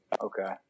okay